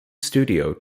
studio